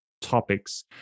topics